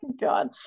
God